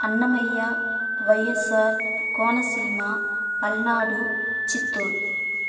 Annamayya YSR Konaseema Palnadu Chittoor